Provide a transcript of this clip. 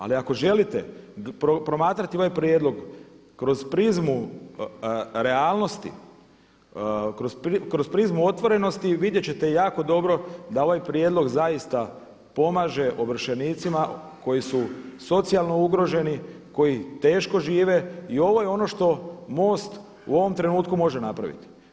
Ali ako želite promatrati ovaj prijedlog kroz prizmu realnosti, kroz prizmu otvorenosti vidjet ćete jako dobro da ovaj prijedlog zaista pomaže ovršenicima koji su socijalno ugroženi, koji teško žive i ovo je ono što MOST u ovom trenutku može napraviti.